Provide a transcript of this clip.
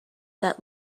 that